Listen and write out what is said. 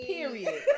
Period